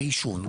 בעישון,